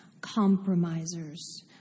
compromisers